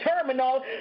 terminal